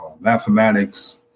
Mathematics